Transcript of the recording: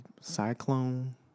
cyclone